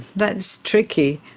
that's tricky.